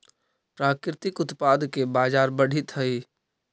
प्राकृतिक उत्पाद के बाजार बढ़ित हइ